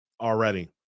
already